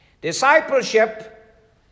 Discipleship